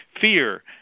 fear